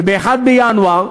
וב-1 בינואר,